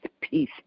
peace